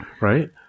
Right